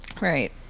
Right